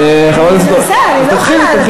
חבר הכנסת איציק כהן, אני רציני.